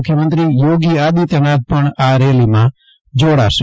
મુખ્યમંત્રી યોગી આદિત્યનાથ પણ આ રેલીમાં જોડાશે